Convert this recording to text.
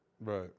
Right